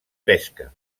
pesca